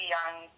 young